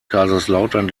kaiserslautern